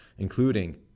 including